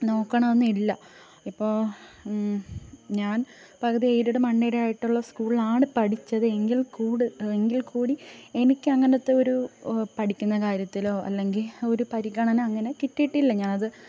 നോക്കണമെന്ന് ഇല്ല ഇപ്പോൾ ഞാൻ പകുതി എയ്ഡഡും അൺ എയ്ഡഡും ആയിട്ടുള്ള സ്കൂളിലാണ് പഠിച്ചത് എങ്കിൽ കൂടി എങ്കിൽ കൂടി എനിക്ക് അങ്ങനത്തെ ഒരു പഠിക്കുന്ന കാര്യത്തിലോ അല്ലെങ്കിൽ ഒരു പരിഗണന അങ്ങനെ കിട്ടീട്ടില്ല ഞാനത്